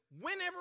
whenever